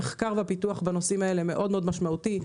המחקר בנושאים אלו הוא נצרך ומשמעותי,